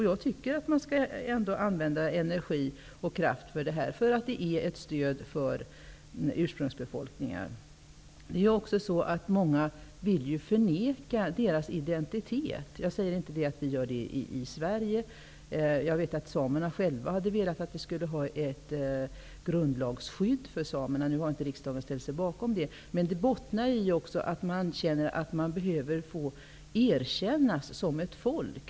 Jag tycker att vi skall använda energi och kraft för detta. Det är ett stöd för ursprungsbefolkningar. Många vill ju förneka deras identitet. Jag säger inte att vi gör det i Sverige. Jag vet att samerna själva hade velat att vi skulle ha ett grundlagsskydd för samerna, men riksdagen har inte ställt sig bakom det. Det bottnar i att samerna känner att man behöver få erkännas som ett folk.